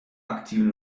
aktiven